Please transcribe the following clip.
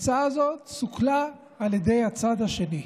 ההצעה הזאת סוכלה על ידי הצד השני.